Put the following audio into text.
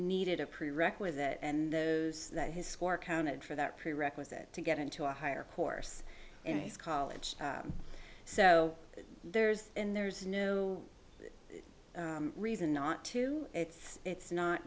needed a prerequisite and those that his score counted for that prerequisite to get into a higher course in his college so there's and there's no reason not to it's it's not